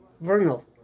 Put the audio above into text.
Vernal